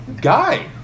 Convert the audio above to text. Guy